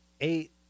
eight